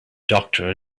doctor